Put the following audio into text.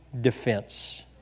defense